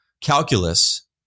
calculus